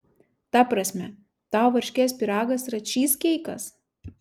ta prasme tau varškės pyragas yra čyzkeikas